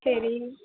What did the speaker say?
சரி